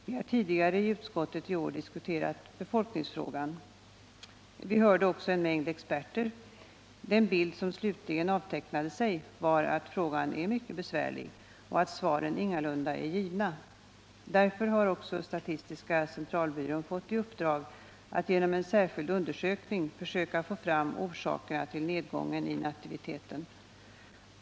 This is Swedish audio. Vi har tidigare i utskottet i år diskuterat befolkningsfrågan. Vi hörde också en mängd experter. Den bild som slutligen avtecknade sig var att frågan är mycket besvärlig och att svaren ingalunda är givna. Därför har också statistiska centralbyrån fått i uppdrag att genom en särskild undersökning försöka få fram orsakerna till nedgången i nativiteten.